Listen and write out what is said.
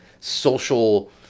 social